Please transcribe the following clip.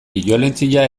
biolentzia